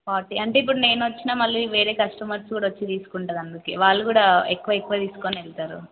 forty అంటే ఇప్పుడు నేనొచ్చినా మళ్ళీ వేరే కస్టమర్స్ కూడా వచ్చి తీసుకుంటారు అందుకే వాళ్ళు కూడా ఎక్కువెక్కువ తీసుకొని వెళ్తారు